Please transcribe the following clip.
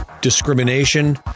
discrimination